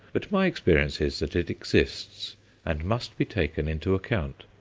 but my experience is that it exists and must be taken into account.